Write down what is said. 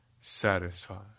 satisfied